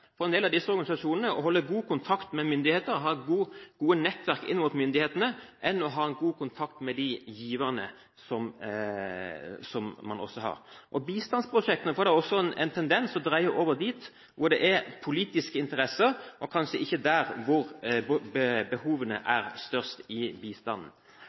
for en del av disse organisasjonene å holde god kontakt med myndigheter og ha gode nettverk inn mot myndighetene enn å ha en god kontakt med de giverne som man har. Bistandsprosjektene får også en tendens til å dreie over dit hvor det er politiske interesser, og kanskje ikke der hvor behovene i bistanden